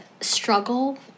struggle